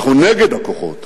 אנחנו נגד כוחות